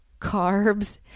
Carbs